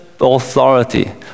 authority